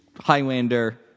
Highlander